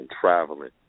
traveling